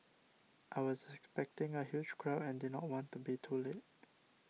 I was expecting a huge crowd and did not want to be too late